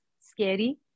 scary